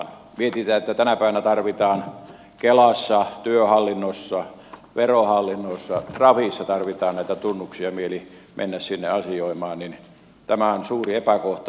kun mietitään että tänä päivänä kelassa työhallinnossa verohallinnossa ja trafissa tarvitaan näitä tunnuksia jos mielii mennä sinne asioimaan niin tämä on suuri epäkohta